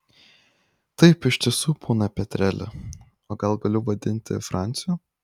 taip iš tiesų pone petreli o gal galiu vadinti franciu